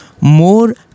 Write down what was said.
more